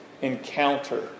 encounter